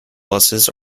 buses